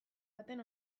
baten